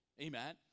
Amen